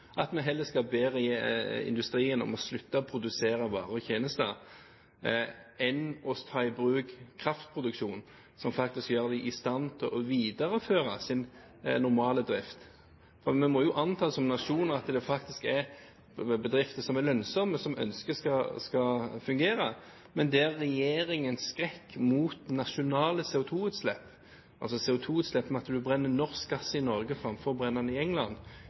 at vi heller skal be industrien om å slutte å produsere varer og tjenester enn å ta i bruk en kraftproduksjon som faktisk gjør dem i stand til å videreføre sin normale drift. Vi som nasjon må jo anta at det er bedrifter som er lønnsomme, og som vi ønsker skal fungere. Men regjeringens skrekk for nasjonale CO2-utslipp – altså CO2-utslipp ved at en brenner norsk gass i Norge framfor å brenne den i England